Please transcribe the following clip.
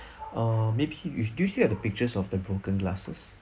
err maybe you do you still have the pictures of the broken glasses